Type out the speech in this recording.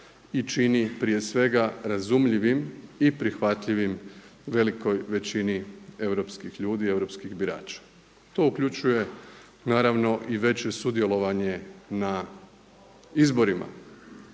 i čini prije svega razumljivim i prihvatljivim velikoj većini europskih ljudi i europskih birača. To uključuje naravno i veće sudjelovanje na izborima,